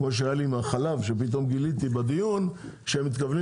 כמו שהיה עם החלב שפתאום גיליתי בדיון שהם מתכוונים